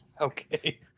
Okay